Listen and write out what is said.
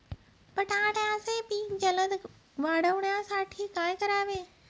बटाट्याचे पीक जलद वाढवण्यासाठी काय करावे?